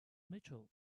mitchell